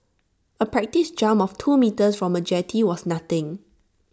A practice jump of two metres from A jetty was nothing